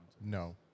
No